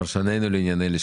הנקודה ברורה.